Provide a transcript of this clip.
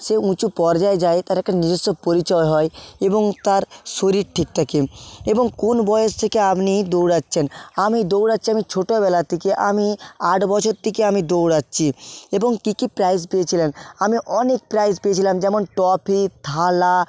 সে উঁচু পর্যায়ে যায় তার একটা নিজস্ব পরিচয় হয় এবং তার শরীর ঠিক থাকে এবং কোন বয়স থেকে আপনি দৌড়াচ্ছেন আমি দৌড়াচ্ছি আমি ছোটবেলা থেকে আমি আট বছর থেকে আমি দৌড়াচ্ছি এবং কী কী প্রাইজ পেয়েছিলেন আমি অনেক প্রাইজ পেয়েছিলাম যেমন ট্রফি থালা